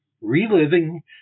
Reliving